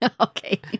Okay